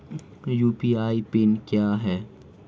UPI pin क्या है?